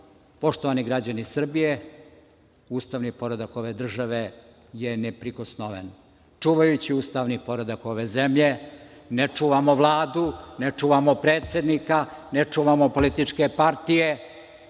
poštovani građani Srbije, ustavni poredak ove države je neprikosnoven. Čuvajući ustavni poredak ove zemlje, ne čuvamo Vladu, ne čuvamo predsednika, ne čuvamo političke partije,